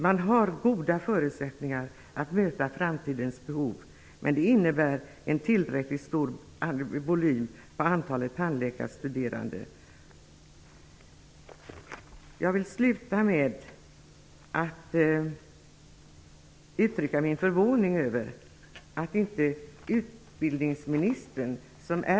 Man har goda möjligheter att möta framtidens behov, men det kräver en tillräckligt stor volym av tandläkarstuderande. Jag vill sluta med att uttrycka min förvåning över att inte utbildningsministern är här och deltar i denna debatt.